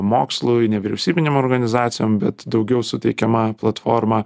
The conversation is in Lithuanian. mokslui nevyriausybinėm organizacijom bet daugiau suteikiama platforma